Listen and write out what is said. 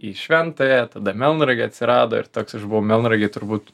į šventąją tada melnragė atsirado ir toks aš buvau melnragėj turbūt